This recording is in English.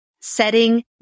setting